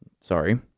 sorry